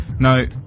No